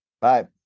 Bye